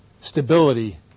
stability